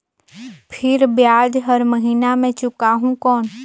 फिर ब्याज हर महीना मे चुकाहू कौन?